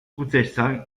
protestant